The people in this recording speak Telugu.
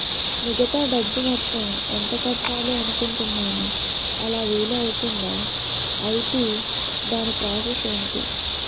మిగతా డబ్బు మొత్తం ఎంత కట్టాలి అనుకుంటున్నాను అలా వీలు అవ్తుంధా? ఐటీ దాని ప్రాసెస్ ఎంటి?